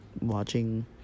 watching